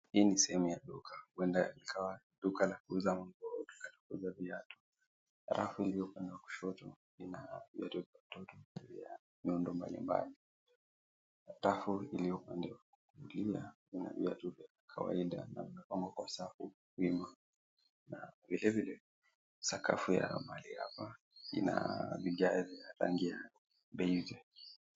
Hii ni sehemu ya duka huenda ikawa duka la kuuza nguo au duka la kuuza viatu. Rafu iliyopangwa kushoto ina viatu vya watoto vya miundo mbalimbali. Takho iliyo upande wa kulia ina viatu vya kawaida vilivyopangwa Kwa safu wima na vilevile sakafu ya mahali hapa ina vigae vya rangi ya beige .